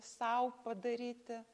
sau padaryti